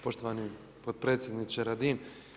Poštovani potpredsjedniče Radin.